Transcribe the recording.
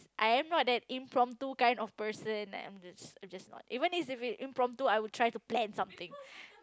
I am not that impromptu kind of person I'm just I'm just not even if it's impromptu I'll try to plan something